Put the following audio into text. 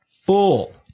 full